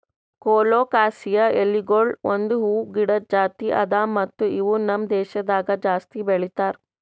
colocasia ಎಲಿಗೊಳ್ ಒಂದ್ ಹೂವು ಗಿಡದ್ ಜಾತಿ ಅದಾ ಮತ್ತ ಇವು ನಮ್ ದೇಶದಾಗ್ ಜಾಸ್ತಿ ಬೆಳೀತಾರ್